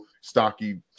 stocky